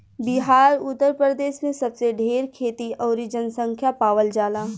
बिहार उतर प्रदेश मे सबसे ढेर खेती अउरी जनसँख्या पावल जाला